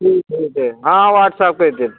जी ठीक है हाँ वाट्सअप कइ देब